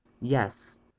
Yes